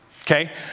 okay